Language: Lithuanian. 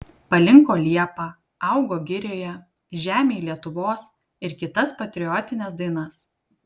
palinko liepa augo girioje žemėj lietuvos ir kitas patriotines dainas